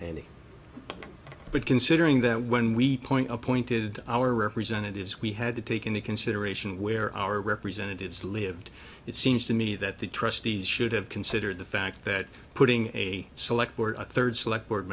and but considering that when we point appointed our representatives we had to take into consideration where our representatives lived it seems to me that the trustees should have considered the fact that putting a select board a third select board